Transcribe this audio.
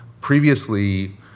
Previously